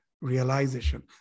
realization